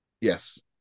yes